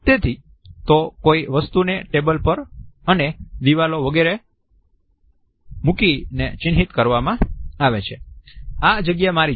તેથી તો કોઈ વસ્તુ ને ટેબલ પર અને દિવાલો વગેરે પર મુકીને ચિહ્નિત કરવામાં આવે છે કે આ જગ્યા મારી છે